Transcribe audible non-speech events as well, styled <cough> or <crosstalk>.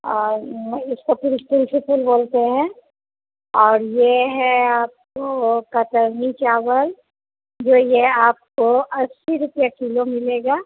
और इसको फिर <unintelligible> बोलते हैं और यह है आपको कतरनी चावल जो यह आपको अस्सी रुपया किलो मिलेगा